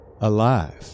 alive